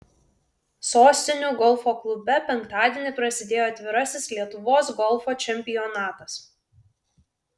sostinių golfo klube penktadienį prasidėjo atvirasis lietuvos golfo čempionatas